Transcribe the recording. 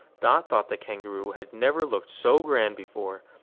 dot thought the kangaroo had never looked so grand before.